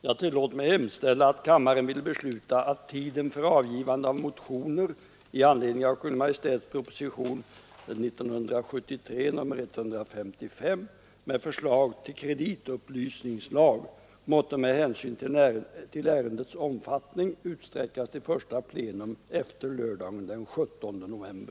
Jag tillåter mig hemställa att kammaren ville besluta att tiden för avgivande av motioner i anledning av Kungl. Maj:ts proposition 1973:155 med förslag till kreditupplysningslag måtte med hänsyn till ärendets omfattning utsträckas till första plenum efter lördagen den 17 november.